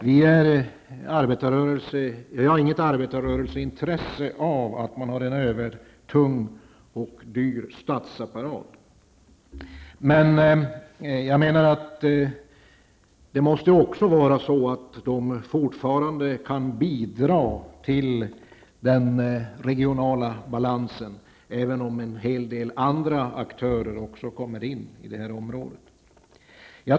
Vi har inget arbetarrörelseintresse av att man har en övertung och dyr statsapparat. Men de statliga verken måste fortfarande kunna bidra till den regionala balansen, även om en hel del andra aktörer kommer in på det här området.